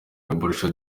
borussia